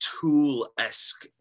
Tool-esque